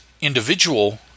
individual